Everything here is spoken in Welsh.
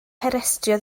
harestio